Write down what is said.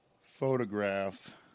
Photograph